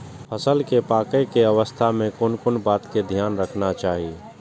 फसल के पाकैय के अवस्था में कोन कोन बात के ध्यान रखना चाही?